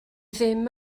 ddim